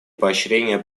поощрение